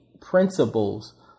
principles